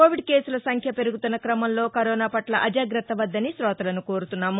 Covid కేసుల సంఖ్య పెరుగుతున్న క్రమంలో కరోనాపట్ల అజాగ్రత్త వద్దని కోతలను కోరుతున్నాము